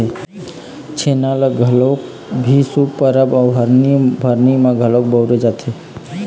छेना ल कोनो भी शुभ परब अउ मरनी हरनी म घलोक बउरे जाथे